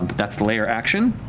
that's the lair action.